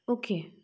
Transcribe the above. okay